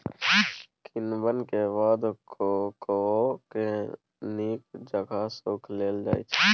किण्वन के बाद कोकोआ के नीक जकां सुखा लेल जाइ छइ